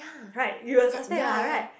right you will suspect what right